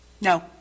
No